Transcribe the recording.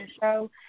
show